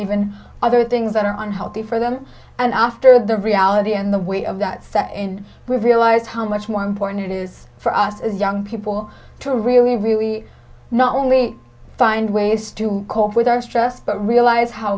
even other things that are unhealthy for them and after the reality in the way of that stuff and we realize how much more important it is for us as young people to really really not only find ways to cope with our stress but realize how